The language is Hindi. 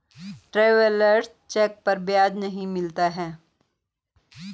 ट्रैवेलर्स चेक पर ब्याज नहीं मिलता है